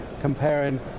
comparing